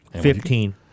Fifteen